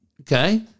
Okay